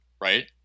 right